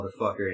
motherfucker